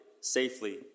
safely